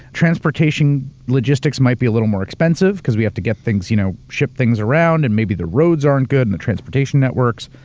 transportation logistics might be a little more expensive because we have to get things, you know ship things around, and maybe the roads aren't good, and the transportation networks.